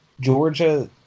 Georgia